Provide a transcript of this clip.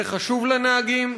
זה חשוב לנהגים,